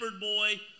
boy